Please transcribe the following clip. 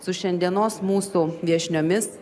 su šiandienos mūsų viešniomis